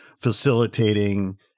facilitating